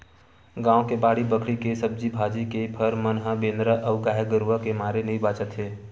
गाँव के बाड़ी बखरी के सब्जी भाजी, के फर मन ह बेंदरा अउ गाये गरूय के मारे नइ बाचत हे